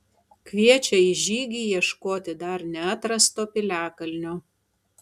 kviečia į žygį ieškoti dar neatrasto piliakalnio